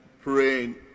praying